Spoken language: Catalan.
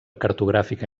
cartogràfica